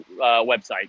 website